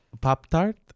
Pop-Tart